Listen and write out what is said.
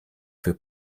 für